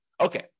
Okay